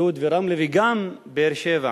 לוד ורמלה וגם באר-שבע,